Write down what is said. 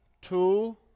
Two